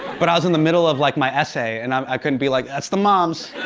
but i was in the middle of like, my essay and um i couldn't be like, that's the moms.